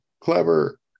clever